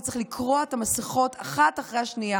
וצריך לקרוע את המסכות של הממשלה הזאת אחת אחרי השנייה.